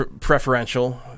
preferential